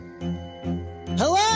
hello